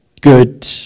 good